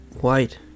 White